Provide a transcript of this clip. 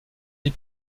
vie